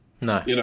No